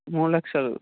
మూడు లక్షలు